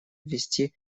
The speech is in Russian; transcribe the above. ввести